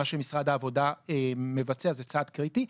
מה שמשרד העבודה מבצע זה צעד קריטי.